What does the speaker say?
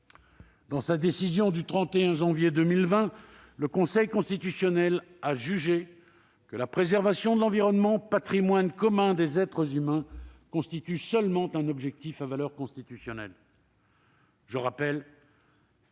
dans sa décision du 31 janvier 2020, le Conseil constitutionnel a jugé que la préservation de l'environnement, patrimoine commun des êtres humains, constituait seulement un objectif à valeur constitutionnelle. Je rappelle